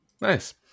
nice